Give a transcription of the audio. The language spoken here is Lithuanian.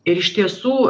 ir iš tiesų